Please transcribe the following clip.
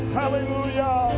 hallelujah